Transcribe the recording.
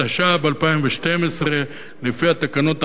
התשע"ב 2012. לפי התקנות האמורות,